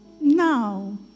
now